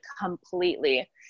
completely